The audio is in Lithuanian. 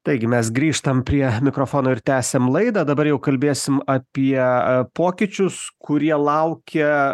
taigi mes grįžtam prie mikrofono ir tęsiam laidą dabar jau kalbėsim apie pokyčius kurie laukia